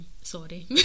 sorry